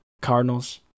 Cardinals